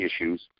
issues